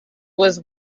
was